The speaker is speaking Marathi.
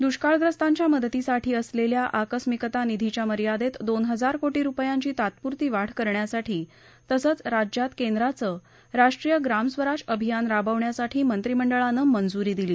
दुष्काळग्रस्तांच्या मदतीसाठी असलेल्या आकस्मिकता निधीच्या मर्यादेत दोन हजार कोटी रुपयांची तात्पुरती वाढ करण्यासाठी तसंच राज्यात केंद्राचं राष्ट्रीय ग्राम स्वराज अभियान राबवण्यासाठी मंत्रीमंडळाने आज मंजूरी दिली